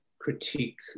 critique